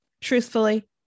truthfully